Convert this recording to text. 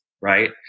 Right